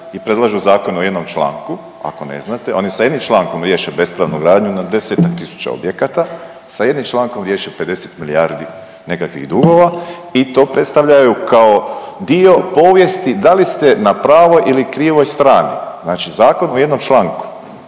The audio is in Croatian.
i predlažu zakone u jednom članku, ako ne znate, oni sa jednim člankom riješe bespravnu gradnju na 10-ak tisuća objekata, sa jednim člankom riješe 50 milijardi nekakvih dugova i to predstavljaju kao dio povijesti da li ste na pravoj ili krivoj strani. Znači zakon u jednom članku.